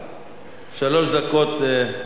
שלוש דקות לזכותך.